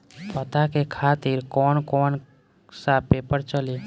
पता के खातिर कौन कौन सा पेपर चली?